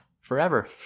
forever